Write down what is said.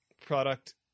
product